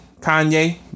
Kanye